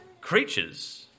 creatures